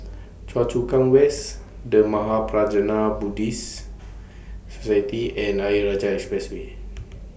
Choa Chu Kang West The Mahaprajna Buddhist Society and Ayer Rajah Expressway